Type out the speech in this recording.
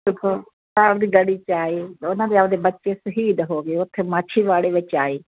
ਚਮੋ ਚਮਕੌਰ ਦੀ ਗੜੀ 'ਚ ਆਏ ਉਹਨਾਂ ਦੇ ਆਪਣੇ ਬੱਚੇ ਸ਼ਹੀਦ ਹੋ ਗਏ ਉੱਥੇ ਮਾਛੀਵਾੜੇ ਵਿੱਚ ਆਏ